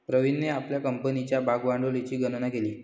प्रवीणने आपल्या कंपनीच्या भागभांडवलाची गणना केली